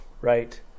right